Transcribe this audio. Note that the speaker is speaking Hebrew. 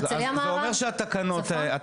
באזור הגליל --- אז זה אומר שהתקנות האלה